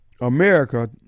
America